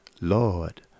Lord